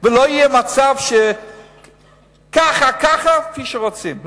ולא יהיה מצב שככה ככה, כפי שרוצים.